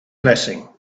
blessing